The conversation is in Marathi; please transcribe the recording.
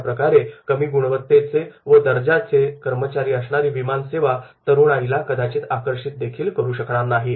अशाप्रकारे कमी गुणवत्तेचे व दर्जाचे कर्मचारी असणारी विमानसेवा तरुणाईला कदाचित आकर्षितदेखील करू शकणार नाही